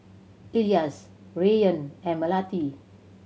Elyas Rayyan and Melati